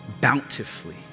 bountifully